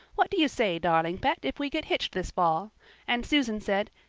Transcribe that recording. what do you say, darling pet, if we get hitched this fall and susan said,